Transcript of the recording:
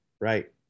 Right